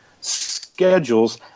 schedules